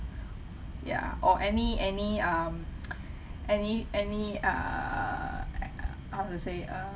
ya or any any um any any err how to say uh